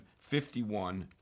51